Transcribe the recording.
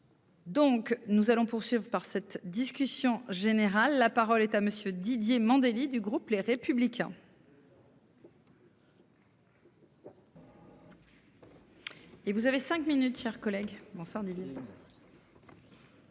Donc nous allons poursuivre par cette discussion générale. La parole est à monsieur Didier Mandelli du groupe les. Républicains.